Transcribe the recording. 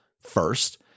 First